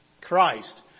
Christ